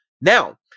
Now